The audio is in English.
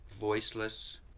voiceless